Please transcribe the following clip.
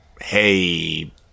hey